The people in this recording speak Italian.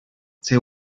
sei